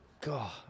God